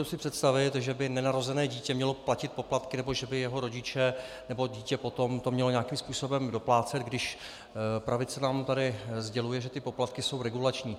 Nedovedu si představit, že by nenarozené dítě mělo platit poplatky nebo že by jeho rodiče nebo dítě potom to měli nějakým způsobem doplácet, když pravice nám tady sděluje, že ty poplatky jsou regulační.